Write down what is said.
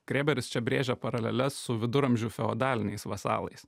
grėberis čia brėžia paraleles su viduramžių feodaliniais vasalais